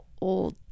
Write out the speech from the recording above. old